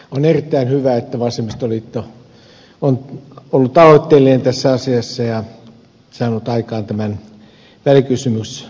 on erittäin hyvä että vasemmistoliitto on ollut aloitteellinen tässä asiassa ja saanut aikaan tämän välikysymyskeskustelun